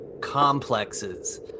complexes